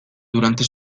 durante